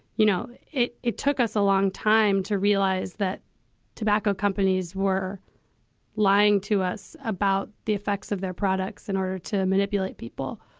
you know, it it took us a long time to realize that tobacco companies were lying to us about the effects of their products in order to manipulate people.